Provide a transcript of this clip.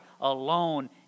alone